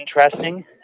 interesting